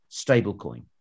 stablecoin